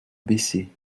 baissé